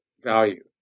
value